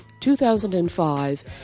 2005